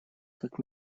как